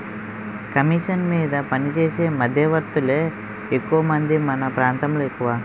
commission మీద పనిచేసే మధ్యవర్తులే ఎక్కువమంది మన ప్రాంతంలో ఎక్కువ